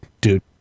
dude